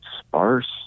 sparse